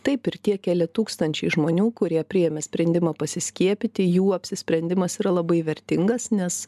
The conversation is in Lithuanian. taip ir tie keli tūkstančiai žmonių kurie priėmė sprendimą pasiskiepyti jų apsisprendimas yra labai vertingas nes